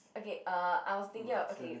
okay uh I was thinking of okay